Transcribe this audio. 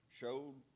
showed